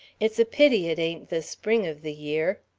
it's a pity it ain't the spring of the year.